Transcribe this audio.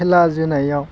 खेला जोनायाव